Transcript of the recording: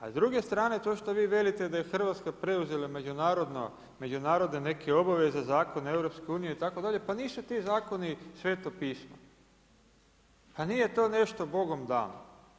A s druge strane to što vi velite da je Hrvatska preuzela međunarodne neke obaveze, zakone EU itd., pa nisu ti zakoni sveto pismo, pa nije to nešto bogom dano.